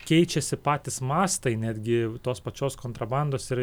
keičiasi patys mastai netgi tos pačios kontrabandos ir